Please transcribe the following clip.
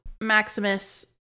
Maximus